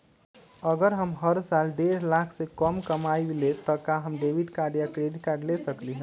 अगर हम हर साल डेढ़ लाख से कम कमावईले त का हम डेबिट कार्ड या क्रेडिट कार्ड ले सकली ह?